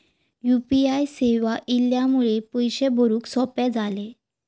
U P I सेवा इल्यामुळे पैशे भरुक सोपे झाले